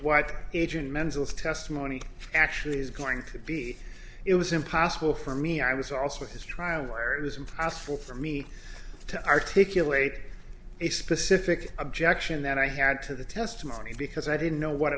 what agent menzel testimony actually is going to be it was impossible for me i was also his trial where it was impossible for me to articulate a specific objection that i had to the testimony because i didn't know what